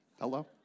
Hello